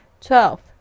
Twelve